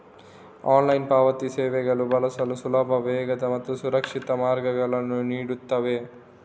online ಪಾವತಿ ಸೇವೆಗಳು ಬಳಸಲು ಸುಲಭ, ವೇಗದ ಮತ್ತು ಸುರಕ್ಷಿತ ಮಾರ್ಗಗಳನ್ನು ನೀಡುತ್ತವೆ